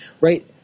right